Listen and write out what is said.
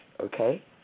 Okay